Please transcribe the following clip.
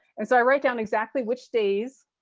and so i write down exactly which days